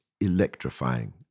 electrifying